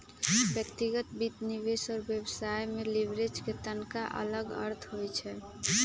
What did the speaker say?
व्यक्तिगत वित्त, निवेश और व्यवसाय में लिवरेज के तनका अलग अर्थ होइ छइ